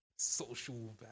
social